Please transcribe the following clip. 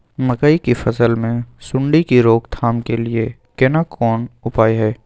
मकई की फसल मे सुंडी के रोक थाम के लिये केना कोन उपाय हय?